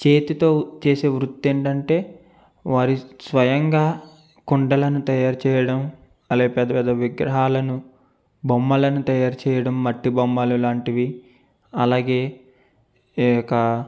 చేతితో చేసే వృత్తి ఏంటంటే వారు స్వయంగా కుండలను తయారు చేయడం మళ్ళి పెద్ద పెద్ద విగ్రహాలను బొమ్మలను తయారు చేయడం మట్టి బొమ్మలు లాంటివి అలాగే ఈ యొక్క